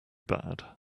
bad